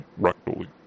rectally